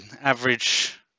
Average